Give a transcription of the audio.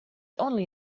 only